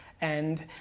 and,